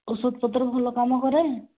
ଔଷଧ ପତ୍ର ଭଲ କାମ କରେ